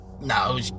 No